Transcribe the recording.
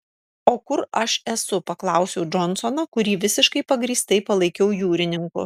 o kur aš esu paklausiau džonsoną kurį visiškai pagrįstai palaikiau jūrininku